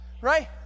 right